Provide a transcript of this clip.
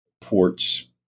ports